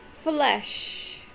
flesh